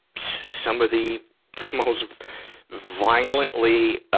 some of the most violently